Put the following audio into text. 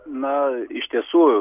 na iš tiesų